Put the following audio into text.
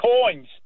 coins